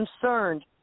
concerned